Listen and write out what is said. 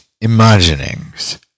imaginings